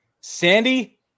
Sandy